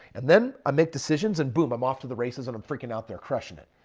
and then i make decisions and boom, i'm off to the races and i'm freaking out they're crushing it.